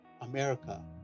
America